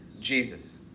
Jesus